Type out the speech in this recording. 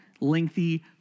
lengthy